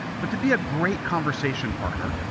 but to be a great conversation partner,